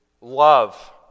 love